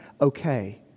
Okay